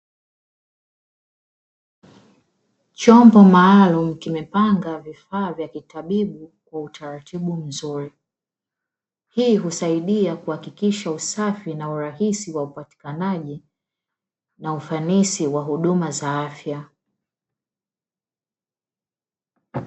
Chombo maalumu kimepagwa vifaa vya kitabibu kwa utaratibu mzuri, hii husaidia kuhakikisha usafi na urahisi wa upatikanaji na ufanisi wa huduma za afya.